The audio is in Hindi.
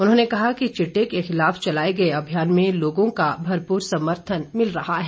उन्होंने कहा कि चिट्टे के खिलाफ चलाए गए अभियान में लोगों का भरपूर समर्थन मिल रहा है